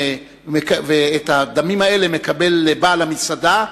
ואת הדמים האלה מקבל בעל המסעדה,